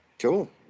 Cool